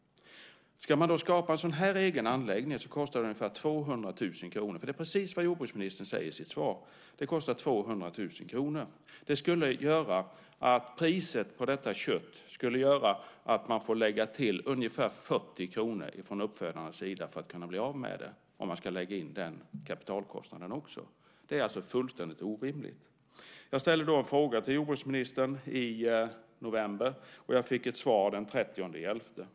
Ska man skapa en egen anläggning kostar det ungefär 200 000 kr. Det är precis vad jordbruksministern säger i sitt svar. Det kostar 200 000 kr. Det skulle innebära att det måste läggas på ungefär 40 kr på priset på köttet från uppfödarnas sida för att bli av med det - om också den kapitalkostnaden ska läggas till. Det är fullständigt orimligt. Jag ställde en fråga till jordbruksministern i november, och jag fick ett svar den 30 november.